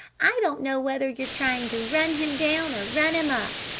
i don't know whether you're trying to run him down. or run him up.